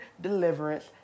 deliverance